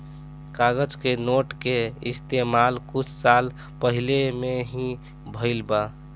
कागज के नोट के इस्तमाल कुछ साल पहिले में ही भईल बा